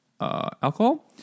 alcohol